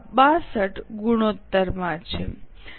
62 ગુણોત્તરમાં છે